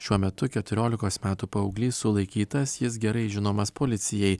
šiuo metu keturiolikos metų paauglys sulaikytas jis gerai žinomas policijai